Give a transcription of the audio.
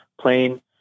plane